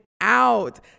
out